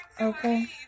okay